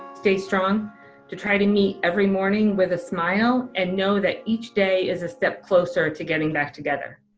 stay strong to try to meet every morning with a smile and know that each day is a step closer to getting back together.